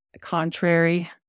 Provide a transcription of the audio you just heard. contrary